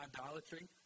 idolatry